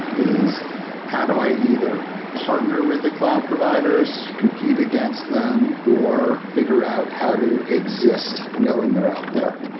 is how do i either partner with the cloud providers, compete against them, or figure out how to exist knowing they're out there?